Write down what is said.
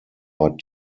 but